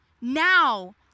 now